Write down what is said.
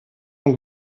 und